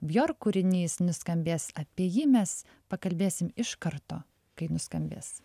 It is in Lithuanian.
bjork kūrinys nuskambės apie jį mes pakalbėsim iš karto kai nuskambės